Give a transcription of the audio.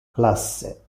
classe